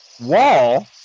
Wall